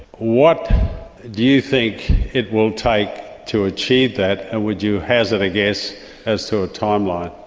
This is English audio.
what do you think it will take to achieve that and would you hazard a guess as to a timeline?